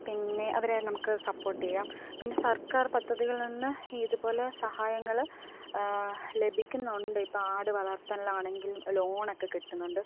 പിന്നെ അവരെ നമുക്ക് സപ്പോട്ട് ചെയ്യാം പിന്നെ സര്ക്കാര് പദ്ധതികളില് നിന്ന് ഇത് പോലെ സഹായങ്ങൾ ലഭിക്കുന്നുണ്ട് ഇപ്പോൾ ആട് വളര്ത്തല് ആണെങ്കിലും ലോണക്കെ കിട്ടുന്നുണ്ട്